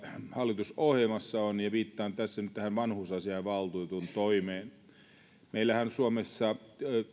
hallitusohjelmassa on ja viittaan tässä nyt tähän vanhusasiainvaltuutetun toimeen meillähän on suomessa